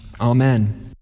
Amen